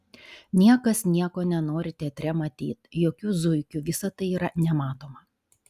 niekas nieko nenori teatre matyt jokių zuikių visa tai yra nematoma